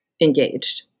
engaged